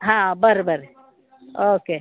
ಹಾಂ ಬರ್ರಿ ಬರ್ರಿ ಓಕೆ